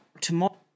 tomorrow